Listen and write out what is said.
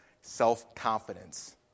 self-confidence